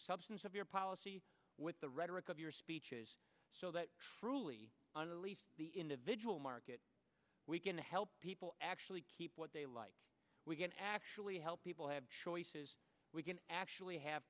substance of your policy with the rhetoric of your speech so that truly on the individual market we can help people actually keep what they like we can actually help people have choices we can actually have